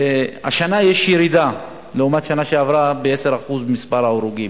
יש ירידה של 10% במספר ההרוגים